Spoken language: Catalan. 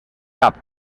cap